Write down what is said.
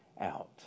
out